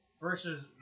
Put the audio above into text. versus